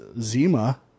Zima